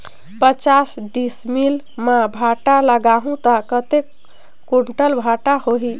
पचास डिसमिल मां भांटा लगाहूं ता कतेक कुंटल भांटा होही?